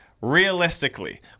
Realistically